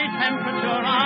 temperature